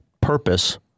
purpose